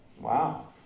Wow